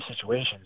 situations